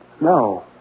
No